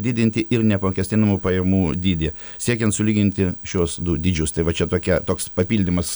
didinti ir neapmokestinamų pajamų dydį siekiant sulyginti šiuos du dydžius tai va čia tokia toks papildymas